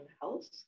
health